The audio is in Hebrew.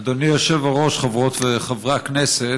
אדוני היושב-ראש, חברות וחברי הכנסת,